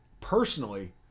personally